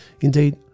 Indeed